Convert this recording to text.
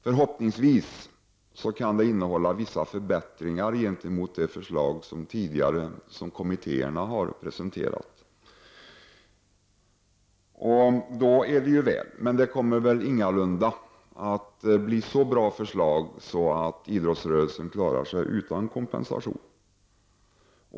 Förhoppningsvis kan det innehålla vissa förbättringar gentemot de förslag som kommittéerna tidigare har presenterat. Men det kommer ingalunda att bli så bra förslag att idrottsrörelsen klarar sig utan kompensation.